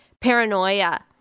paranoia